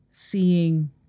seeing